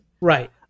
Right